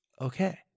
Okay